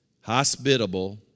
hospitable